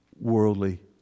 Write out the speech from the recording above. worldly